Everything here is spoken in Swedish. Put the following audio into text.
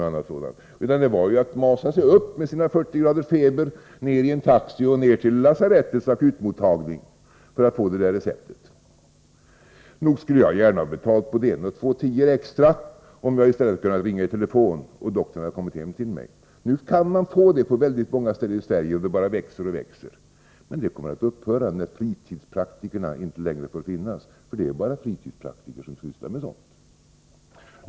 Det var inget annat att göra än att masa sig upp med sina 40” feber, ner i en taxi och i väg till lasarettets akutmottagning för att få recept. Nog skulle jag gärna ha betalat både en och två tior extra om jag i stället kunnat använda telefonen och doktorn hade kommit hem till mig. Nu kan man få den servicen på många ställen i Sverige, och verksamheten bara växer. Men den kommer att upphöra när fritidspraktikerna inte längre får finnas. Det är bara fritidspraktiker som sysslar med sådant.